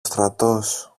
στρατός